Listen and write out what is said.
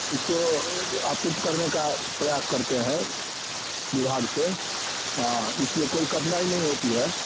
इसको आपूर्त करने का प्रयास करते हैं विभाग से हाँ इसलिए कोई कठिनाई नहीं होती है